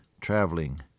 traveling